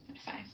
five